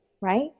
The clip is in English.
right